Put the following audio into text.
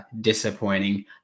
disappointing